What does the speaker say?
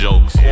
Jokes